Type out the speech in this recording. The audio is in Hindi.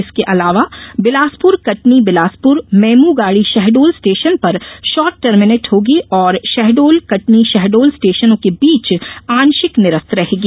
इसके अलावा बिलासपुर कटनी बिलासपुर मेमू गाड़ी शहडोल स्टेशन पर शॉट टर्मिनेट होगी और शहडोल कटनी शहडोल स्टेशनोँ के बीच आंशिक निरस्त रहेगी